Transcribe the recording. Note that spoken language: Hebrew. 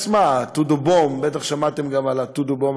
עצמה: "טודו בום" בטח שמעתם גם על ה"טודו בום",